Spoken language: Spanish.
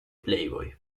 playboy